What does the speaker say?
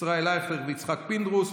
ישראל אייכלר ויצחק פינדרוס,